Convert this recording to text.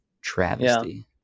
travesty